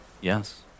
yes